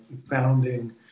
founding